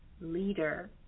leader